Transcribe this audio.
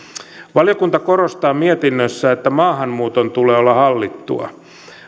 valiokunta korostaa mietinnössään että maahanmuuton tulee olla hallittua